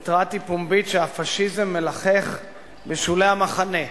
מספר התרעתי פומבית שהפאשיזם מלחך בשולי המחנה,